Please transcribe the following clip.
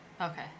Okay